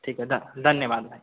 ठीक है धन्यवाद भाई